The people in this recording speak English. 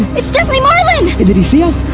it's definitely marlin. did he see us?